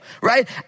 right